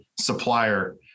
supplier